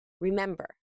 Remember